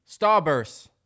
Starburst